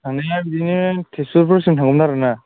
थांनाया बेनो थेजपुरफोरसिम थांगौमोन आरोना